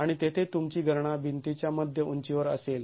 आणि तेथे तुमची गणना भिंतीच्या मध्य उंचीवर असेल